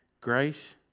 Grace